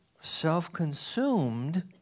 self-consumed